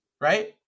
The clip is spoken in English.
right